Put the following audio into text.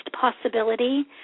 possibility